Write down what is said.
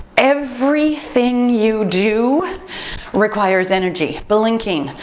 everything you do requires energy. blinking,